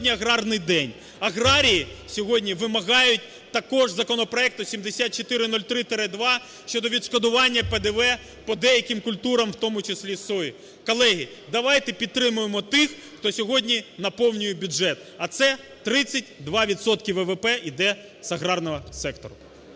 аграрії сьогодні вимагають також законопроекту 7403-2 щодо відшкодування ПДВ по деяким культурам, в тому числі сої. Колеги, давайте підтримаємо тих, хто сьогодні наповнює бюджет, а це 32 відсотки ВВП іде аграрного сектору.